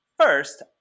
first